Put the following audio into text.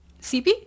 CP